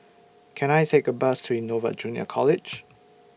Can I Take A Bus to Innova Junior College